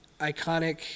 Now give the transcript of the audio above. iconic